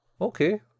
Okay